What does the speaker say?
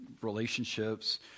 relationships